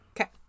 Okay